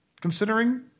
considering